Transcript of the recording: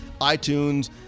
iTunes